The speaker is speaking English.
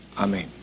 Amen